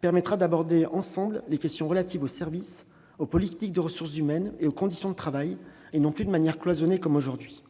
permettra d'aborder ensemble les questions relatives aux services, aux politiques en matière de ressources humaines et aux conditions de travail, et non plus de manière cloisonnée comme aujourd'hui.